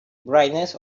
brightness